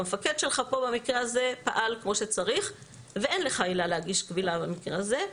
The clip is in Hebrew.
המפקד שלך במקרה הזה פעל כמו שצריך ואין לך עילה להגיש קבילה במקרה הזה.